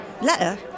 Letter